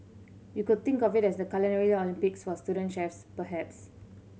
you could think of it as the Culinary Olympics for student chefs perhaps